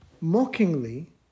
mockingly